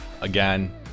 Again